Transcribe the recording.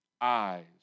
eyes